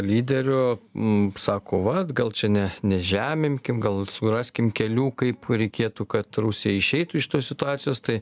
lyderių m sako vat gal čia ne nežeminkim gal suraskim kelių kaip reikėtų kad rusija išeitų iš tos situacijos tai